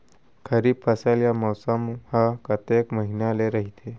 खरीफ फसल या मौसम हा कतेक महिना ले रहिथे?